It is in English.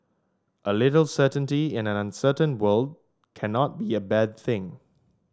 a little certainty in an uncertain world cannot be a bad thing